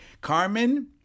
Carmen